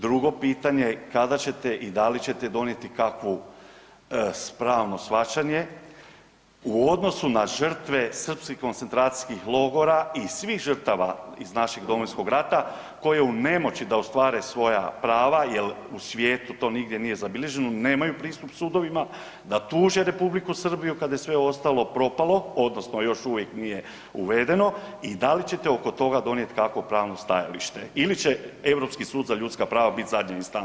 Drugo pitanje, kada ćete i da li ćete donijeti kakvu pravno shvaćanje u odnosu na žrtve srpskih koncentracijskih logora i svih žrtava iz našeg Domovinskog rata koje u nemoći da ostvare svoja prava jer u svijetu to nigdje nije zabilježeno, nemaju pristup sudovima da tuže Republiku Srbiju kad je sve ostalo propalo odnosno još uvijek nije uvedeno i da li ćete oko toga donijeti kakvo pravno stajalište ili će Europski sud za ljudska prava bit zadnja instanca?